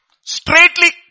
Straightly